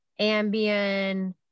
Ambien